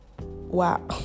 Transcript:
wow